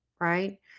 Right